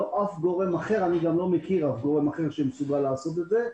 ולא אף גורם אחר ואני גם לא מכיר אף גורם אחר שמסוגל לעשות את זה..